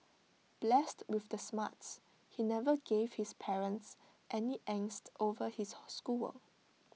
blessed with the smarts he never gave his parents any angst over his schoolwork